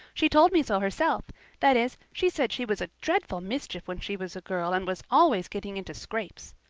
she told me so herself that is, she said she was a dreadful mischief when she was a girl and was always getting into scrapes.